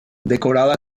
decorada